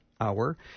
hour